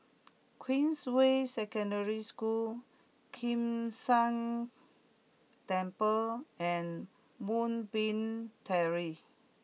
Queensway Secondary School Kim San Temple and Moonbeam Terrace